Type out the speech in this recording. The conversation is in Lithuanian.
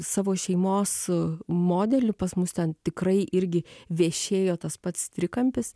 savo šeimos modelį pas mus ten tikrai irgi viešėjo tas pats trikampis